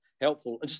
helpful